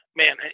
man